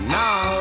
now